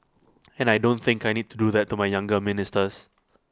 and I don't think I need to do that to my younger ministers